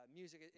music